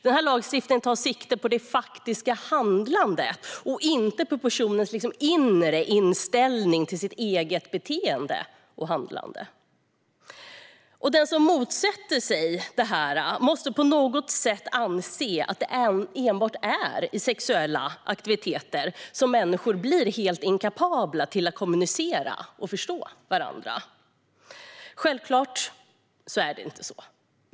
Den här lagstiftningen tar sikte på det faktiska handlandet och inte på personens inre inställning till sitt eget beteende och handlande. Den som motsätter sig detta måste på något sätt anse att det är enbart vid sexuella aktiviteter som människor blir helt inkapabla att kommunicera och förstå varandra. Självklart är det inte på det sättet.